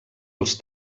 els